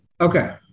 Okay